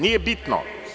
Nije bitno.